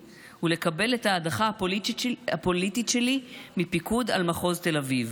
ולקבל את ההדחה הפוליטית שלי מפיקוד על מחוז תל אביב.